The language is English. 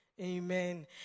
Amen